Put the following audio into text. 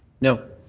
no.